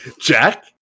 Jack